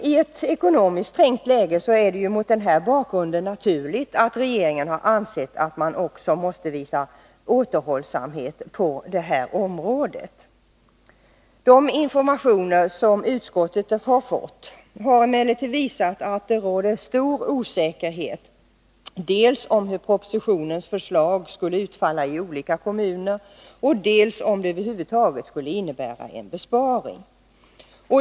I ett ekonomiskt trängt läge är det mot denna bakgrund naturligt att regeringen har ansett att man måste visa återhållsamhet också på detta område. De informationer som utskottet har fått har emellertid visat att det råder stor osäkerhet om dels hur propositionens förslag skulle utfalla i olika kommuner, dels om det över huvud taget skulle innebära en besparing.